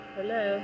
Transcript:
Hello